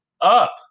up